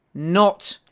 not.